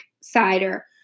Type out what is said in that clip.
cider